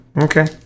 Okay